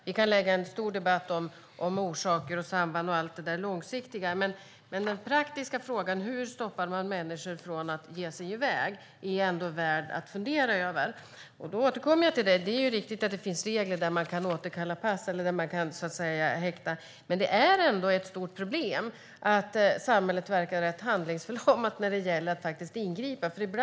Vi kan ha en stor debatt om orsaker, samband och allt det långsiktiga, men den praktiska frågan hur vi stoppar människor från att ge sig iväg är värd att fundera över. Det är riktigt att det finns regler där man kan återkalla pass och häkta. Men det är ett stort problem att samhället verkar rätt handlingsförlamat när det gäller att faktiskt ingripa.